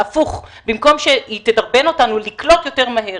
במקום שהקורונה תדרבן אותנו לקלוט יותר מהר,